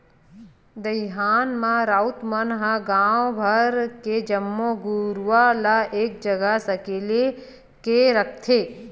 दईहान म राउत मन ह गांव भर के जम्मो गरूवा ल एक जगह सकेल के रखथे